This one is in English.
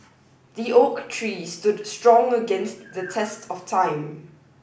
the oak tree stood strong against the test of time